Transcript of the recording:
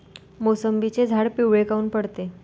मोसंबीचे झाडं पिवळे काऊन पडते?